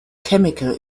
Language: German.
chemical